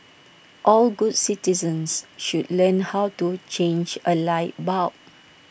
all good citizens should learn how to change A light bulb